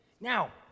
Now